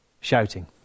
shouting